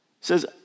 says